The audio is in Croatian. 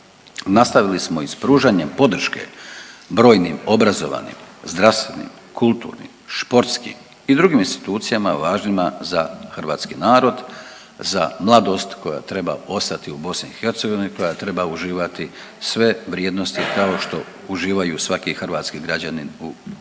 Nastavili smo i sa pružanjem podrške brojnim obrazovnim, zdravstvenim, kulturnim, športskim i drugim institucijama važnima za Hrvatski narod, za mladost koja treba ostati u BiH, koja treba uživati sve vrijednosti kao što uživaju svaki hrvatski građanin u